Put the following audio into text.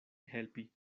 helpi